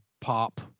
pop